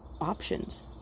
options